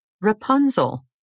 Rapunzel